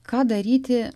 ką daryti